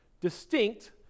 Distinct